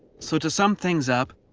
so to sum things up,